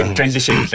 transition